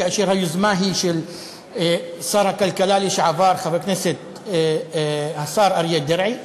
כאשר היוזמה היא של שר הכלכלה לשעבר חבר הכנסת השר אריה דרעי.